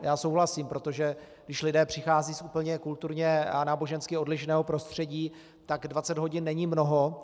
Já souhlasím, protože když lidé přicházejí z úplně kulturně a nábožensky odlišného prostředí, tak 20 hodin není mnoho.